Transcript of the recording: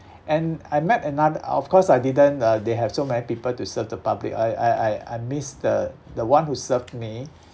and I met anothe~ of course I didn't uh they have so many people to serve the public I I I missed the the one who served me